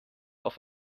auf